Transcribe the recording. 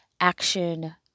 Action